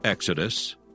Exodus